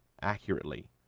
accurately